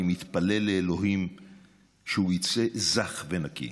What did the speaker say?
אני מתפלל לאלוהים שהוא יצא זך ונקי.